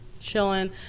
chilling